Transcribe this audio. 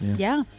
yeah.